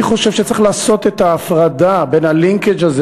אני חושב שצריך לעשות את ההפרדה בלינקג' הזה